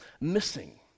missing